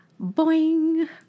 boing